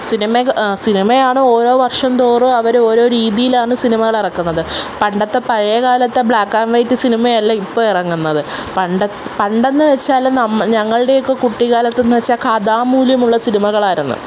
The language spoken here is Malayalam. സിനിമയാണ് ഓരോ വർഷം തോറും അവർ ഓരോ രീതിയിലാണ് സിനിമകൾ ഇറക്കുന്നത് പണ്ടത്തെ പഴയ കാലത്തെ ബ്ലാക്ക് ആന്റ് വൈറ്റ് സിനിമയല്ല ഇപ്പോൾ ഇറങ്ങുന്നത് പണ്ടെന്ന് വെച്ചാൽ ഞങ്ങളുടെയൊക്കെ കുട്ടിക്കാലത്ത് എന്ന് വെച്ചാൽ കഥാമൂല്യമുള്ള സിനിമകളായിരുന്നു